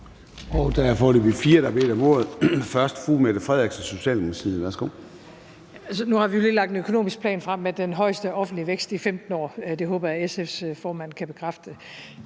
Nu har vi jo lige lagt en økonomisk plan frem med den højeste offentlige vækst i 15 år; det håber jeg SF's formand kan bekræfte.